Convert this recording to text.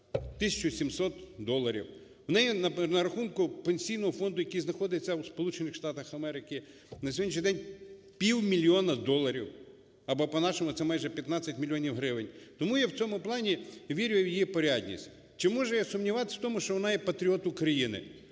У неї на рахунку Пенсійного фонду, який знаходиться в Сполучених Штатах Америки, на сьогоднішній день півмільйона доларів, або по-нашому це майже 15 мільйонів гривень. Тому я в цьому плані вірю в її порядність. Чи можу я сумніватися в тому, що вона є патріот України?